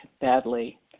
badly